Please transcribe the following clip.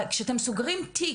כשאתם סוגרים תיק,